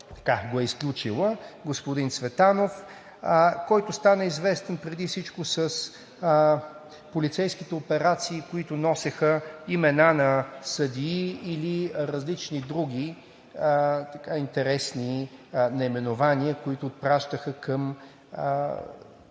го е изключила – господин Цветанов, който стана известен преди всичко с полицейските операции, които носеха имена на съдии или различни други интересни наименования и които отпращаха към